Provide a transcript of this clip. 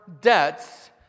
debts